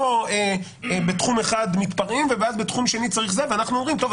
לא בתחום אחד מתפרעים ואז בתחום השני צריך זה ואנחנו אומרים: טוב,